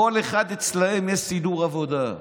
לכל אחד אצלם יש סידור עבודה.